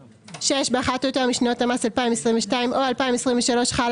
באחת או יותר משנות המס 2022 או 2023 חל